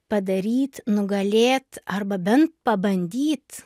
padaryt nugalėt arba bent pabandyt